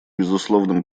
безусловным